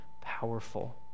powerful